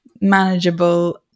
manageable